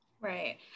Right